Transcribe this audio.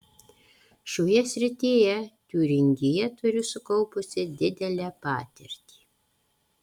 šioje srityje tiūringija turi sukaupusi didelę patirtį